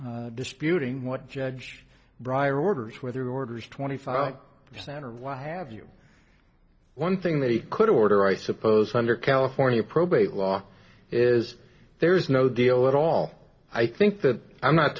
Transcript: no disputing what judge bryer orders whether orders twenty five percent or what have you one thing they could order i suppose under california probate law is there is no deal at all i think that i'm not